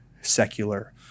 secular